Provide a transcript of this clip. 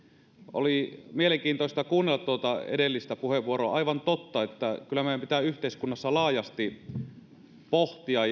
oli mielenkiintoista kuunnella tuota edellistä puheenvuoroa on aivan totta että kyllä meidän pitää yhteiskunnassa laajasti pohtia